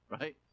right